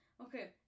Okay